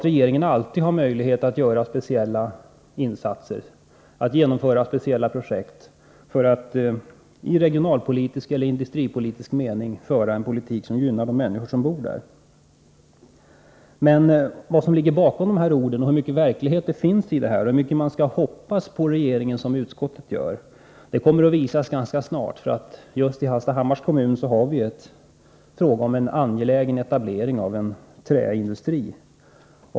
Regeringen har alltid möjlighet att göra speciella insatser, att vidta speciella åtgärder för att i regionalpolitisk eller industripolitisk mening föra en politik som gynnar de människor som bor i området. Vad som ligger bakom dessa ord, hur mycket verklighet som finns i detta och hur mycket man kan hoppas på regeringen, vilket utskottet gör, kommer att visa sig ganska snart. I Hallstahammars kommun är det fråga om en angelägen etablering av en träindustri.